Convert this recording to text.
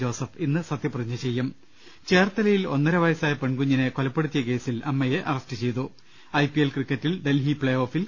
Joseph ഇന്ന് സത്യപ്രതിജ്ഞ ചെയ്യും ചേർത്തലയിൽ ഒന്നരു വയസ്സായ പെൺകുഞ്ഞിനെ കൊലപ്പെടുത്തിയ കേസിൽ അമ്മയെ അറസ്റ്റ് ചെയ്തു ഐ പി എൽ ക്രിക്കറ്റിൽ ഡൽഹി പ്ലേ ഓഫിൽ